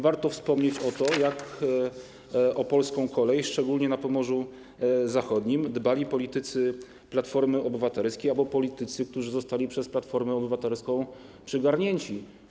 Warto wspomnieć o tym, jak o polską kolej, szczególnie na Pomorzu Zachodnim, dbali politycy Platformy Obywatelskiej albo politycy, którzy zostali przez Platformę Obywatelską przygarnięci.